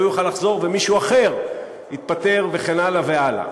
הוא יוכל לחזור ומישהו אחר יתפטר וכן הלאה והלאה.